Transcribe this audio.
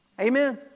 Amen